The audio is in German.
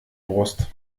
brust